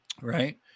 Right